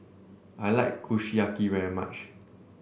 I like Kushiyaki very much